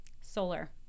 Solar